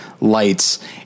lights